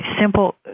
simple